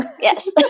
Yes